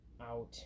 out